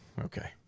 Okay